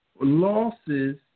losses